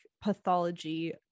pathology